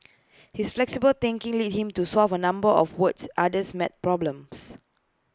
his flexible thinking led him to solve A number of world's hardest math problems